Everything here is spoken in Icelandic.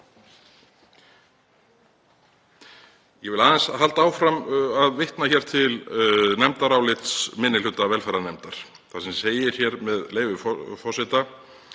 Ég vil aðeins halda áfram að vitna hér til nefndarálits minni hluta velferðarnefndar þar sem segir, með leyfi forseta: